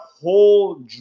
whole